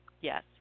Yes